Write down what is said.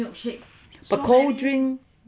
but cold drinks